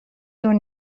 دور